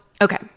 okay